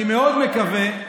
אני מאוד מקווה,